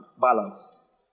balance